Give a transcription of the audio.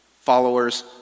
followers